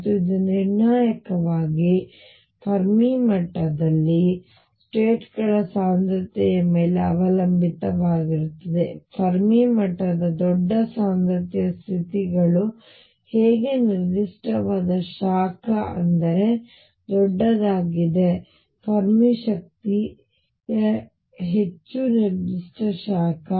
ಮತ್ತು ಇದು ನಿರ್ಣಾಯಕವಾಗಿ ಫೆರ್ಮಿ ಮಟ್ಟದಲ್ಲಿ ಸ್ಟೇಟ್ ಗಳ ಸಾಂದ್ರತೆಯ ಮೇಲೆ ಅವಲಂಬಿತವಾಗಿರುತ್ತದೆ ಫೆರ್ಮಿ ಮಟ್ಟದ ದೊಡ್ಡ ಸಾಂದ್ರತೆಯ ಸ್ಥಿತಿಗಳು ಹೆಚ್ಚು ನಿರ್ದಿಷ್ಟವಾದ ಶಾಖ ಅಂದರೆ ದೊಡ್ಡದಾದ ಫರ್ಮಿ ಶಕ್ತಿ ಹೆಚ್ಚು ನಿರ್ದಿಷ್ಟ ಶಾಖ